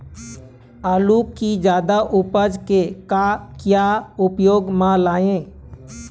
आलू कि जादा उपज के का क्या उपयोग म लाए?